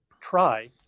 try